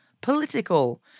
political